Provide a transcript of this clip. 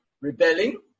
rebelling